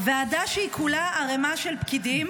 "ועדה שהיא כולה ערימה של פקידים,